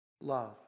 love